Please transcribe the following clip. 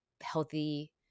healthy